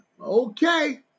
Okay